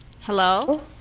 Hello